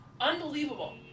Unbelievable